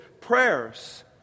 prayers